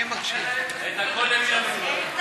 הצעת חוק לייעול הפיקוח והאכיפה העירוניים ברשויות המקומיות (תעבורה),